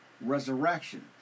resurrection